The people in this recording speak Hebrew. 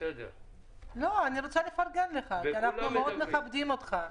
אני רוצה לפרגן לך, אנחנו מאוד מכבדים אותך.